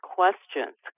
questions